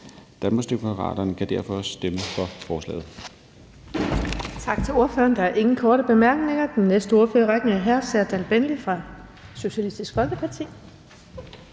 Danmarksdemokraterne kan derfor stemme for forslaget.